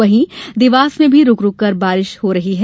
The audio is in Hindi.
वहीं देवास जिले में भी रूक रूककर बारिश हो रही है